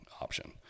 option